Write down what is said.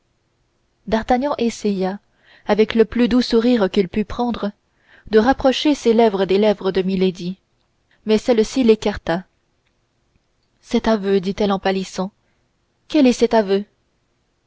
d'artagnan essaya avec le plus doux sourire qu'il pût prendre de rapprocher ses lèvres des lèvres de milady mais celle-ci l'écarta cet aveu dit-elle en pâlissant quel est cet aveu